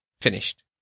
finished